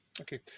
okay